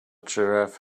giraffe